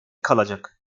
kalacak